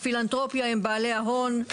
הפילנתרופיה הם בעלי ההון,